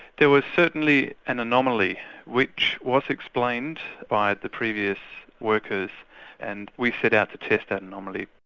there was certainly an anomaly which was explained by the previous workers and we set out to test that anomaly.